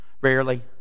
rarely